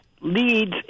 leads